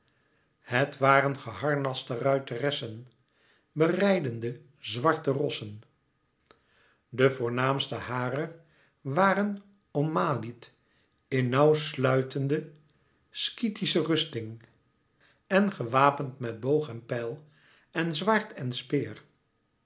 het waren geharnaste ruiteressen berijdende zwarte rossen de voornaamste harer waren ommalied in nauw sluitende skythische rusting en gewapend met boog en pijl en zwaard en speer